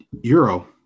Euro